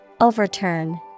Overturn